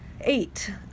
eight